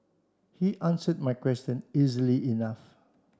he answered my question easily enough